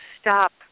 stop